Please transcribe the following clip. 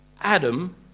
Adam